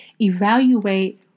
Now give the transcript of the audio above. Evaluate